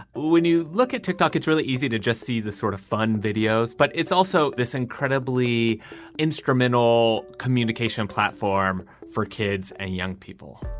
when you look at tick-tock, it's really easy to just see the sort of fun videos. but it's also this incredibly instrumental communication platform for kids and young people